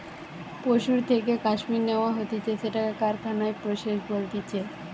পশুর থেকে কাশ্মীর ন্যাওয়া হতিছে সেটাকে কারখানায় প্রসেস বলতিছে